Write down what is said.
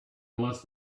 unless